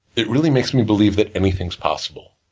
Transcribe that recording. it really makes me believe that anything's possible.